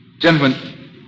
Gentlemen